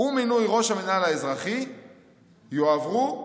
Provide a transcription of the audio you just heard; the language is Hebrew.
ומינוי ראש המנהל האזרחי יועברו לשר",